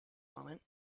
moment